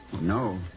No